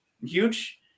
huge